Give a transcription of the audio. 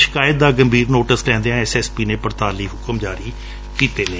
ਸ਼ਿਕਾਇਤ ਦਾ ਗੰਭੀਰ ਨੋਟਿਸ ਲੈਂਦਿਆ ਐਸ ਐਸ ਪੀ ਨੇ ਪੜਤਾਲ ਲਈ ਹੁਕਮ ਜਾਰੀ ਕੀਤੇ ਨੇ